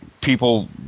people